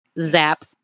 zap